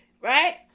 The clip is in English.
right